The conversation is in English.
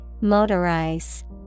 Motorize